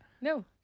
no